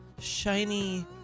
shiny